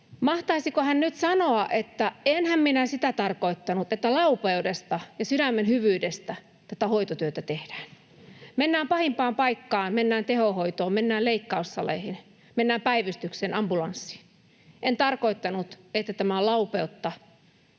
Mahtaisiko hän nyt sanoa: ”Enhän minä sitä tarkoittanut, että laupeudesta ja sydämen hyvyydestä tätä hoitotyötä tehdään. Mennään pahimpaan paikkaan, mennään tehohoitoon, mennään leikkaussaleihin, mennään päivystykseen, ambulanssiin. En tarkoittanut, että tämä on laupeutta,